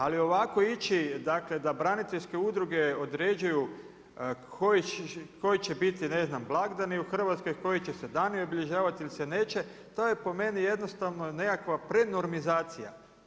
Ali ovako ići dakle da braniteljske udruge određuju koji će biti ne znam blagdani u Hrvatskoj, koji će se dani obilježavati ili se neće, to je po meni jednostavno nekakva prenormizacija.